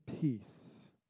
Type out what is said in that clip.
peace